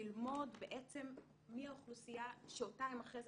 ללמוד בעצם מי האוכלוסייה שאותה הן אחרי כן